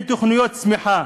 אין תוכניות צמיחה.